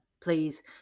please